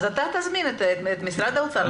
אתה תזמין את משרד האוצר לתת תשובות.